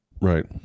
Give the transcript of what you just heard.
right